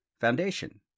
Foundation